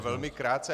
Velmi krátce.